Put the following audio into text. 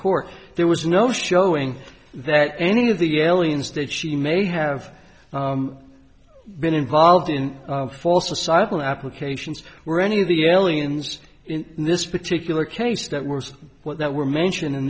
court there was no showing that any of the aliens that she may have been involved in false asylum applications were any of the aliens in this particular case that was what that were mentioned